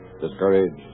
Discouraged